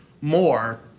more